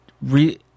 re